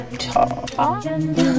talk